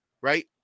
right